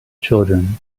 children